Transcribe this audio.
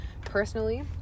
personally